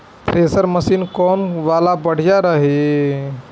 Thresher machine कौन वाला बढ़िया रही?